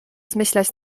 zmyślać